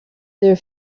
their